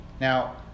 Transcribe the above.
Now